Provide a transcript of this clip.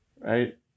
right